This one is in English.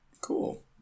Cool